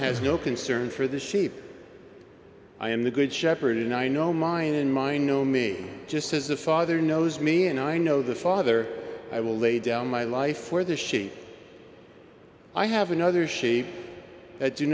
has no concern for the sheep i am the good shepherd and i know mine and mine know me just as a father knows me and i know the father i will lay down my life for the sheep i have another sh